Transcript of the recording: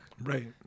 Right